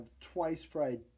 twice-fried